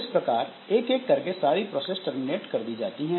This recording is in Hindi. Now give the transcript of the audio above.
इस प्रकार एक एक करके सारी प्रोसेस टर्मिनेट कर दी जाती है